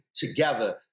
together